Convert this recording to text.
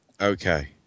Okay